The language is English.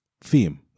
theme